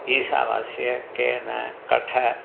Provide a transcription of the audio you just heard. Ishavasya Kena Katha